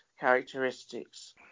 characteristics